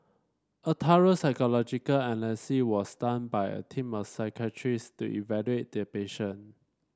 a thorough psychological analysis was done by a team of psychiatrist to evaluate the patient